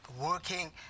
working